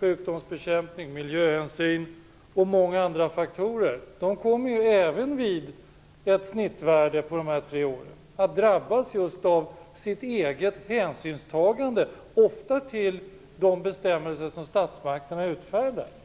sjukdomsbekämpning, miljöhänsyn och många andra faktorer kommer även vid ett snittvärde för dessa tre år att drabbas av sitt hänsynstagande, ofta till bestämmelser som statsmakterna utfärdat.